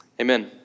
amen